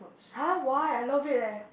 !huh! why I love it eh